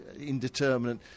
indeterminate